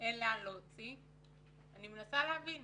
אין לאן להוציא ואני מנסה להבין